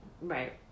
Right